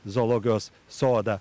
zoologijos sodą